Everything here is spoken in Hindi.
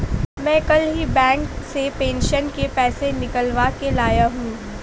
मैं कल ही बैंक से पेंशन के पैसे निकलवा के लाया हूँ